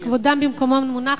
שכבודם במקומם מונח,